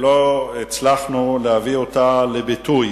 ולא הצלחנו להביא אותה לביטוי